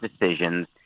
decisions